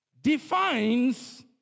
defines